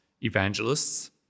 evangelists